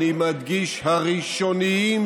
אני מדגיש: הראשוניים,